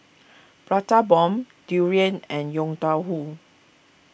Prata Bomb Durian and Yong Tau Foo